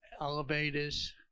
elevators